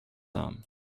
some